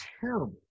terrible